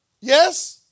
Yes